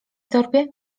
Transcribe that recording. torbie